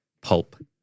pulp